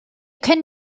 können